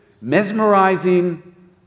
mesmerizing